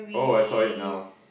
oh I saw it now